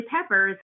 peppers